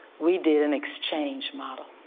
we did an exchange model.